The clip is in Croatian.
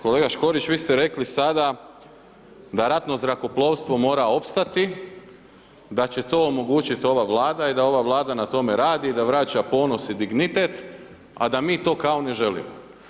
Kolega Škorić, vi ste rekli sada da ratno zrakoplovstvo mora opstati, da će to omogućit ova Vlada i da ova Vlada na tome radi i da vraća ponos i dignitet, a da mi to kao ne želimo.